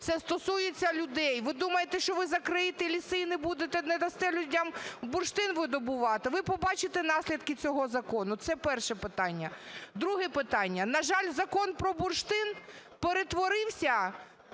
Це стосується людей. Ви думаєте, що ви закриєте ліси і не будете, не дасте людям бурштин видобувати? Ви побачите наслідки цього закону. Це перше питання. Друге питання. На жаль, Закон про бурштин перетворився…